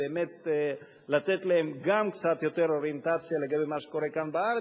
באמת לתת להם גם קצת יותר אוריינטציה לגבי מה שקורה כאן בארץ,